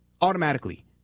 automatically